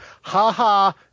ha-ha